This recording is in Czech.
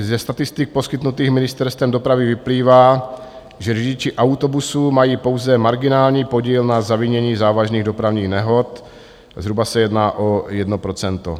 Ze statistik poskytnutých Ministerstvem dopravy vyplývá, že řidiči autobusů mají pouze marginální podíl na zavinění závažných dopravních nehod, zhruba se jedná o 1 %.